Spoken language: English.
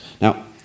Now